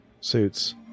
suits